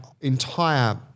entire